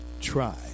try